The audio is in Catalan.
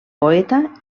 poeta